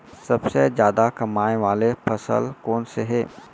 सबसे जादा कमाए वाले फसल कोन से हे?